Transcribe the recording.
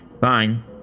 Fine